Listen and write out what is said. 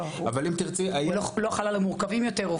לא, הוא לא חל על המורכבים יותר.